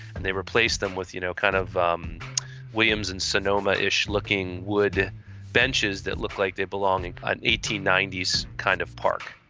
and they replaced them with you know kind of um williams-sonoma-ish looking wood benches that look like they belong in and and eighteen ninety s kind of park.